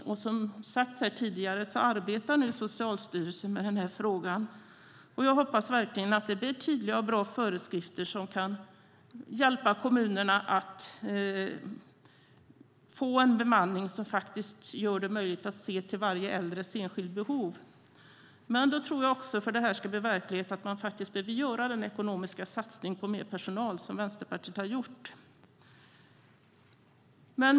Som det har sagts tidigare arbetar Socialstyrelsen med frågan. Jag hoppas verkligen att det blir tydliga och bra föreskrifter som kan hjälpa kommunerna att få en bemanning som gör det möjligt att se till varje äldres enskilda behov. För att det ska bli verklighet tror jag att man måste göra den ekonomiska satsningen på mer personal, som Vänsterpartiet har gjort.